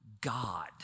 God